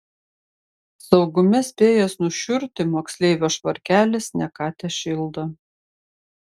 saugume spėjęs nušiurti moksleivio švarkelis ne ką tešildo